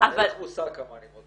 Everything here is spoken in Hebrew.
אין לך מושג כמה אני מודה לך.